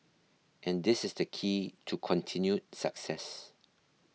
and this is the key to continued success